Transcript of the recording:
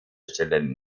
stellen